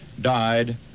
died